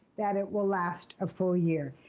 that it will last a full year.